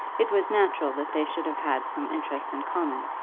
it was natural that they should have had some interests in common.